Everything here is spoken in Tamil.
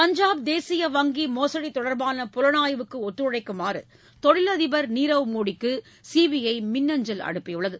பஞ்சாப் தேசிய வங்கி மோசடி தொடர்பான புலனாய்வுக்கு ஒத்துழைக்குமாறு தொழிலதிபர் நீரவ் மோடிக்கு சிபிஐ மின்னஞ்சல் அனுப்பியுள்ளது